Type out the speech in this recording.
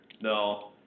No